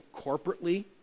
corporately